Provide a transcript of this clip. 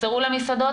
תחזרו למסעדות,